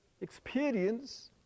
Experience